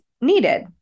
needed